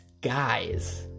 guys